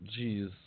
jeez